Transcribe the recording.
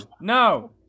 no